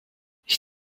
ich